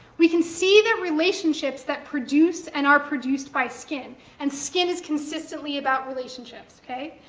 we can see the relationships that produce and are produced by skin, and skin is consistently about relationships, okay?